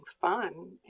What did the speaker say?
fun